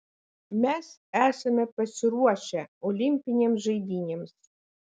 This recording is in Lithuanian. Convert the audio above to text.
mes esame pasiruošę olimpinėms žaidynėms